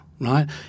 right